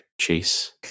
Chase